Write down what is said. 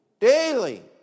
Daily